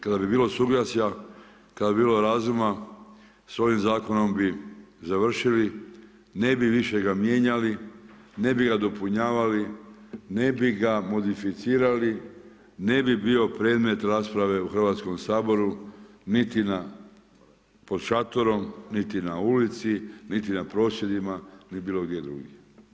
Kada bi bilo suglasja, kada bi bilo razuma s ovim zakonom bi završili, ne bi ga više mijenjali, ne bi dopunjavali, ne bi ga modificirali, ne bi bio predmet rasprave u Hrvatskom saboru niti pod šatorom, niti na ulici, niti na prosvjedima, ni bilo gdje drugdje.